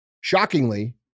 shockingly